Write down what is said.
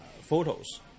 photos